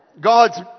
God's